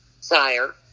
sire